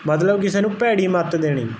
ਮਤਲਬ ਕਿਸੇ ਨੂੰ ਭੈੜੀ ਮੱਤ ਦੇਣੀ